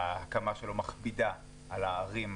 ההקמה שלו מכבידה על הערים ביום-יום.